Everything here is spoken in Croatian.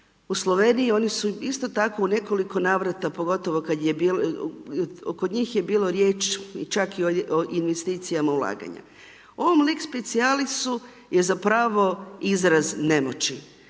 u Sloveniji oni su isto tako u nekoliko navrata pogotovo kada je bilo, kod njih je bilo riječ čak o investicijama ulaganja. Ovom lex specijalisu je zapravo izraz nemoći.